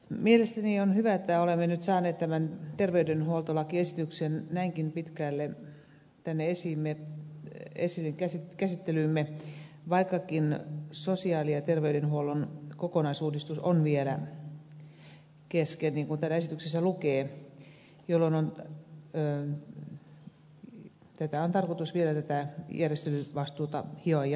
mielestäni on hyvä että olemme nyt saaneet tämän terveydenhuoltolakiesityksen näinkin pitkälle tänne käsittelyymme vaikkakin sosiaali ja terveydenhuollon kokonaisuudistus on vielä kesken niin kuin täällä esityksessä lukee jolloin tätä järjestelyvastuuta on vielä tarkoitus hioa jatkossa